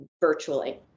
virtually